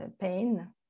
pain